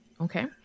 Okay